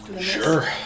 Sure